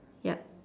yup